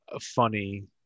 funny